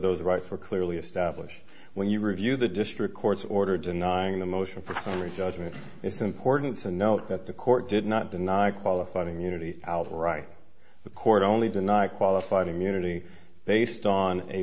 those rights were clearly established when you review the district court's order denying the motion for family judgment it's important to note that the court did not deny qualified immunity out right the court only deny qualified immunity based on a